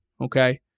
okay